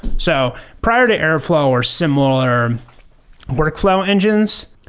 so prior to airflow or similar workflow engines,